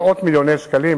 מאות מיליוני שקלים,